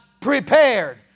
prepared